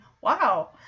Wow